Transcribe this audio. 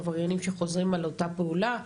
עבריינים שחוזרים על אותה פעולה,